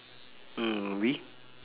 mm